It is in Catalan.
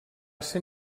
ser